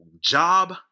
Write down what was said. job